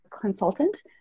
consultant